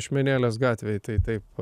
ašmenėlės gatvėj tai taip